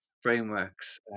frameworks